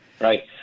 right